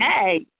hey